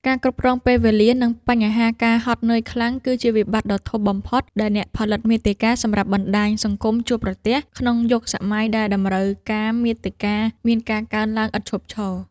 ការគ្រប់គ្រងពេលវេលា និងបញ្ហាការហត់នឿយខ្លាំង គឺជាវិបត្តិដ៏ធំបំផុតដែលអ្នកផលិតមាតិកាសម្រាប់បណ្ដាញសង្គមជួបប្រទះ ក្នុងយុគសម័យដែលតម្រូវការមាតិកាមានការកើនឡើងឥតឈប់ឈរ។